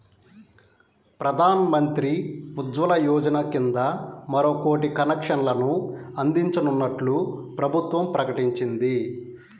ప్రధాన్ మంత్రి ఉజ్వల యోజన కింద మరో కోటి కనెక్షన్లు అందించనున్నట్లు ప్రభుత్వం ప్రకటించింది